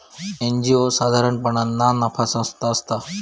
NGO साधारणपणान ना नफा संस्था असता